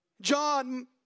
John